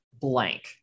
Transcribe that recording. blank